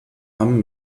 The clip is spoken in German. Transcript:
hamm